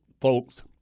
folks